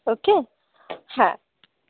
ওকে হ্যাঁ